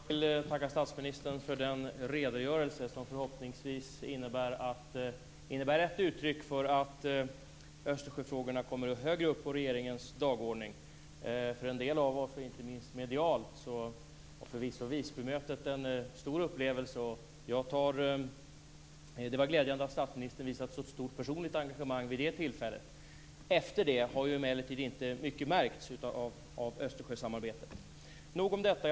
Herr talman! Jag vill tacka statsministern för den redogörelse som förhoppningsvis är ett uttryck för att Östersjöfrågorna kommer högre upp på regeringens dagordning. För en del av oss, och inte minst massmedialt, var Visbymötet förvisso en stor upplevelse. Det var glädjande att statsministern visade ett så stort personligt engagemang vid det tillfället. Efter det har emellertid inte mycket märkts av Östersjösamarbetet. Nog om detta.